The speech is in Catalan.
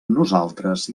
nosaltres